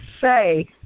say